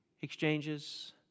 exchanges